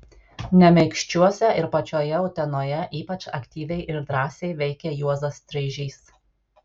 nemeikščiuose ir pačioje utenoje ypač aktyviai ir drąsiai veikė juozas streižys